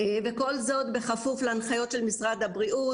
וכל זאת בכפוף להנחיות של משרד הבריאות